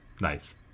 Nice